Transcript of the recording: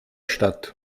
statt